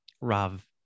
Rav